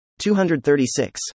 236